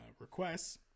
requests